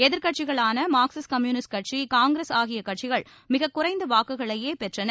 எதிர்கட்சிகளான Marxist Communist கட்சி காங்கிரஸ் ஆகிய கட்சிகள் மிக குறைந்த வாக்குகளையே பெற்றன